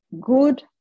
good